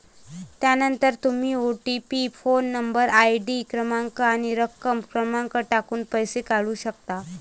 त्यानंतर तुम्ही OTP phone number, ID क्रमांक आणि रक्कम क्रमांक टाकून पैसे काढू शकता